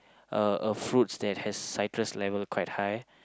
uh a fruits that has citrus level quite high